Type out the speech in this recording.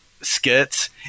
skits